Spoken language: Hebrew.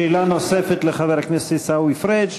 שאלה נוספת לחבר הכנסת עיסאווי פריג',